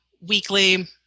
weekly